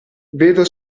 vedo